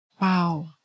Wow